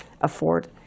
afford